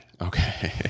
Okay